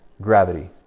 gravity